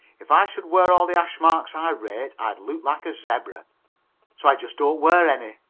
if i should wear all the hash marks i rate i'd look like a zebra. so i just don't wear any.